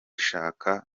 shaka